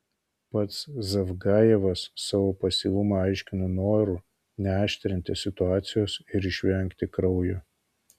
pats zavgajevas savo pasyvumą aiškino noru neaštrinti situacijos ir išvengti kraujo